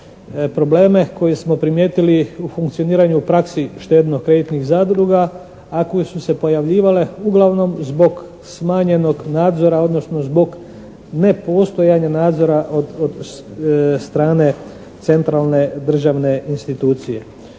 probleme koje smo primijetili u funkcioniranju u praksi štedno-kreditnih zadruga a koje su se pojavljivale uglavnom zbog smanjenog nadzora odnosno zbog nepostojanja nadzora od strane centralne državne institucije.